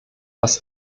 was